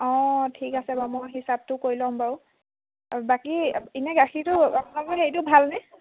অঁ ঠিক আছে বাৰু মই হিচাপতো কৰি ল'ম বাৰু আৰু বাকী এনেই গাখীৰটো আপোনালোকৰ হেৰিটো ভালনে